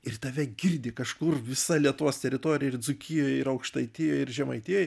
ir tave girdi kažkur visa lietuvos teritorijoj ir dzūkijoj ir aukštaitijoj ir žemaitijoj